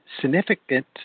significant